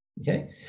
Okay